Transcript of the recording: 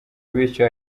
bityo